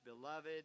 beloved